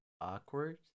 awkward